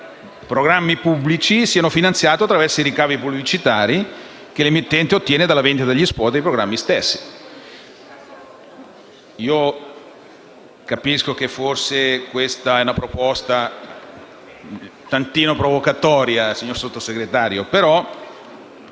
programmi pubblici siano finanziati attraverso i ricavi pubblicitari che l'emittente ottiene dalla vendita degli *spot* e dei programmi stessi.